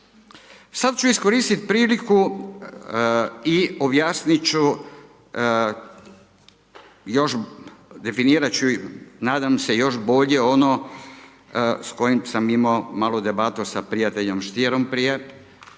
Sad ću iskoristit priliku i objasnit ću još, definirat ću nadam se još bolje ono s kojim sam imamo malu debatu s prijateljem Stierom prije,